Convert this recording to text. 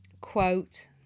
quote